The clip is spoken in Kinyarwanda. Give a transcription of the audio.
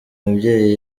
mubyeyi